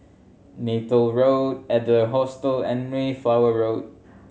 Neythal Road Adler Hostel and Mayflower Road